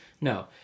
No